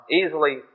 easily